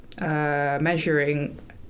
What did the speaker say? measuring